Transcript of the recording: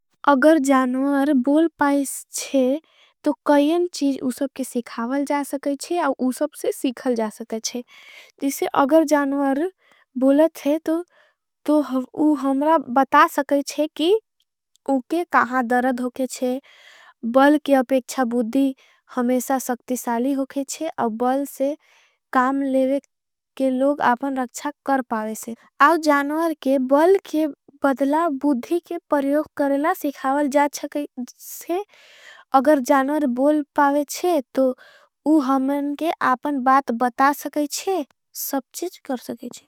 अगर जानुवर बोल पाईश चे तो कईन चीज उसब। के सिखावल जा सकेचे और उसब से सिखल जा। सकेचे जिसे अगर जानुवर बोलत थे तो उह हमरा। बता सकेचे की उके कहा दरद होकेचे बल के अपेक्छा। बुधी हमेशा सक्ति साली होकेचे और बल से काम लेवे। के लोग आपन रक्षा कर पावेशे आव जानुवर के बल। के बदला बुधी के परियोग करेला सिखावल जा सकेचे। अगर जानुवर बोल पावेशे तो उह हमरा के आपन। बात बता सकेचे सब चीज कर सकेचे।